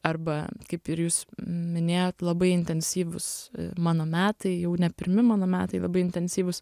arba kaip ir jūs minėjot labai intensyvūs mano metai jau ne pirmi mano metai labai intensyvūs